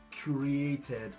created